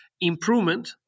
improvement